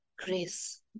grace